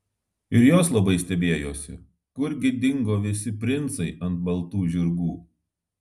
ir jos labai stebėjosi kurgi dingo visi princai ant baltų žirgų